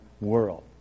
world